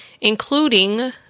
including